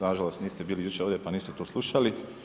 Nažalost niste bili jučer ovdje pa niste to slušali.